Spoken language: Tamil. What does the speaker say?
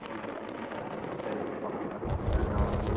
ஓகே ப்ரோ ஓகே ப்ரோ சரி ப்ரோ வாங்க பார்த்து வாங்க நான் வந்து